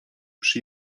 przy